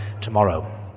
tomorrow